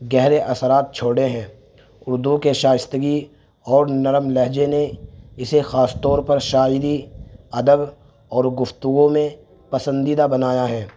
گہرے اثرات چھوڑے ہیں اردو کے شائستگی اور نرم لہجے نے اسے خاص طور پر شاعری ادب اور گفتگو میں پسندیدہ بنایا ہے